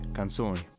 canzoni